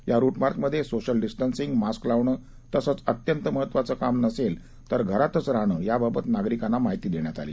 या रुटमार्चमध्ये social distancing mask लावणं तसंच अत्यंत महत्वाचं काम नसेल तर घरातच राहणं याबाबत नागरिकांना माहिती देण्यात आली